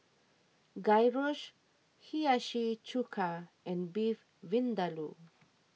Gyros Hiyashi Chuka and Beef Vindaloo